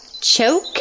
Choke